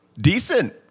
decent